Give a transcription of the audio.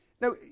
Now